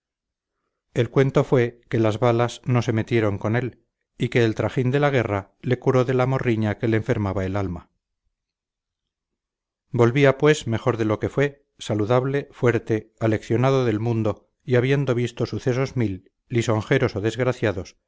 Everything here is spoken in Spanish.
el cuento fue que las balas no se metieron con él y que el trajín de la guerra le curó de la morriña que le enfermaba el alma volvía pues mejor de lo que fue saludable fuerte aleccionado del mundo y habiendo visto sucesos mil lisonjeros o desgraciados